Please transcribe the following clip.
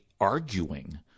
arguing